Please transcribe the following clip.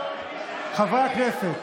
חברי הכנסת,